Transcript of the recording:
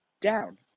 down